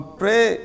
pray